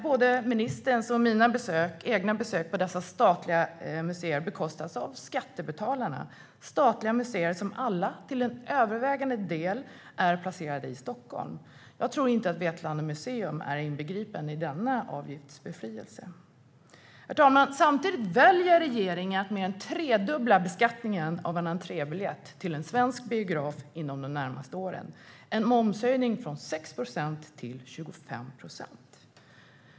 Både ministerns och mina egna besök på dessa statliga museer bekostas därmed av skattebetalarna. Dessa statliga museer är till övervägande del placerade i Stockholm. Jag tror inte att Vetlanda museum är inbegripet i denna avgiftsbefrielse. Herr talman! Samtidigt väljer regeringen att mer än tredubbla beskattningen av en entrébiljett till en svensk biograf inom de närmaste åren. Det är en momshöjning från 6 procent till 25 procent.